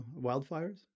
wildfires